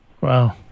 Wow